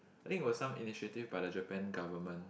I think was some initiative by the Japan government